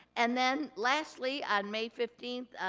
and then, lastly, on may fifteenth,